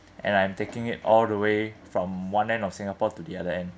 and I'm taking it all the way from one end of singapore to the other end